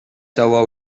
sewwa